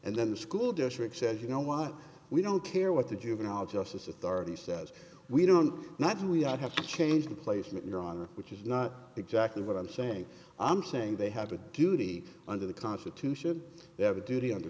and then the school district says you know what we don't care what the juvenile justice authority says we don't know that we have to change the placement you're on which is not exactly what i'm saying i'm saying they have a duty under the constitution they have a duty under